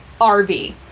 RV